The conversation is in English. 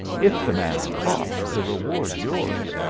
if the man's caught, the reward's yours.